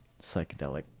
psychedelic